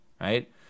right